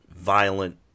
violent